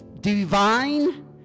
divine